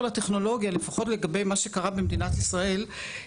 לטכנולוגיה לפחות לגבי מה שקרה במדינת ישראל,